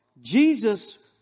Jesus